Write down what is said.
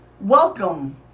Welcome